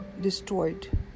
destroyed